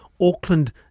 Auckland